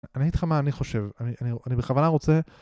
אני אגיד לך מה אני חושב, אני בכוונה רוצה...